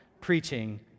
preaching